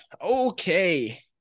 okay